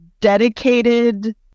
dedicated